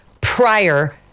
prior